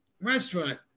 restaurant